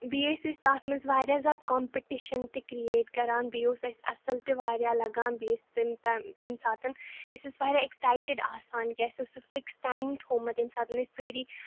بیٚیہِ ٲسۍ أسۍ تَتھ منٛز واریاہ زیادٕ کَمپِٹِشَن تہِ کریٹ کَران بیٚیہِ اوس اَسہِ اَصٕل تہِ واریاہ لَگان بیٚیہِ ٲسۍ تٔمۍ تمہِ ساتہٕ أسۍ ٲسۍ واریاہ ایٚکسایٹِڈ آسان کہِ اَسہِ اوس سُہ فِکٕس ٹایم تھوٚومُت ییٚمہِ ساتہٕ أسۍ سٲری